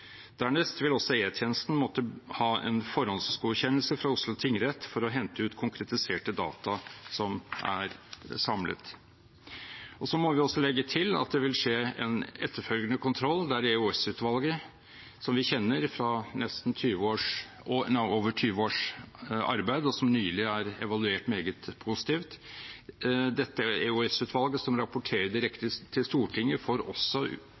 Dernest vil også E-tjenesten måtte ha en forhåndsgodkjennelse fra Oslo tingrett for å hente ut konkretiserte data som er samlet. Vi må legge til at det vil skje en etterfølgende kontroll ved EOS-utvalget, som vi kjenner fra over 20 års arbeid, og som nylig er evaluert meget positivt. Dette EOS-utvalget, som rapporterer direkte til Stortinget, får også